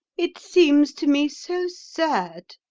it seems to me so sad,